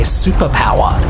superpower